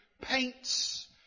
paints